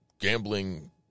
gambling